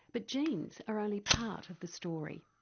but genes are only part of the story.